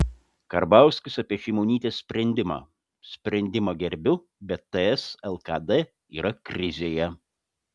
karbauskis apie šimonytės sprendimą sprendimą gerbiu bet ts lkd yra krizėje